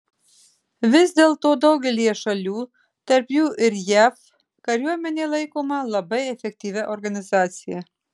vis dėlto daugelyje šalių tarp jų ir jav kariuomenė laikoma labai efektyvia organizacija